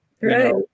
Right